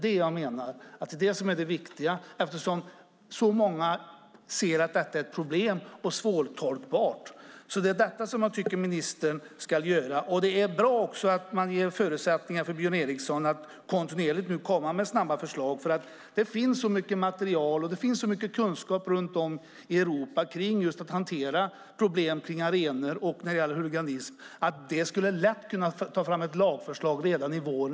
Det är det viktiga, eftersom så många ser att det finns problem och är svårtolkbart. Det är detta jag tycker att ministern ska göra. Det är också bra att man ger förutsättningar för Björn Eriksson att kontinuerligt komma med snabba förslag. Det finns mycket material och kunskap runt om i Europa kring att hantera problem med arenor och huliganism, så man skulle lätt kunna ta fram ett lagförslag redan i vår.